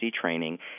training